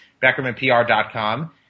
BeckermanPR.com